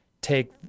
take